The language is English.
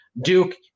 Duke